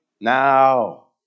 Now